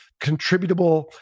contributable